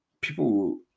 people